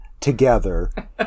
together